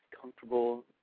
comfortable